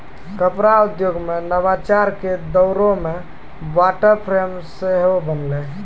कपड़ा उद्योगो मे नवाचार के दौरो मे वाटर फ्रेम सेहो बनलै